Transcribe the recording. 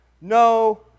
No